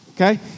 Okay